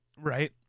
Right